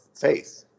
faith